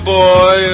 boy